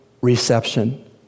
reception